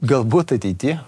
galbūt ateity